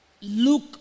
look